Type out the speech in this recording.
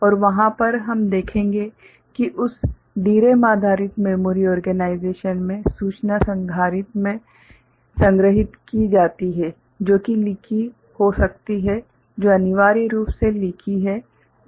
और वहां पर हम देखेंगे कि उस DRAM आधारित मेमोरी ओर्गेनाइजेशन में सूचना संधारित्र में संग्रहित की जाती है जो कि लीकी हो सकती है जो अनिवार्य रूप से लीकी है